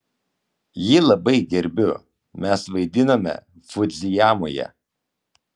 jį labai gerbiu mes vaidinome fudzijamoje